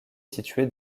située